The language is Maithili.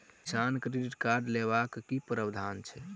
किसान क्रेडिट कार्ड लेबाक की प्रावधान छै?